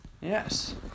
Yes